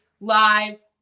live